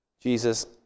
Jesus